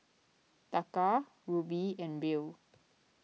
Taka Rupee and Riel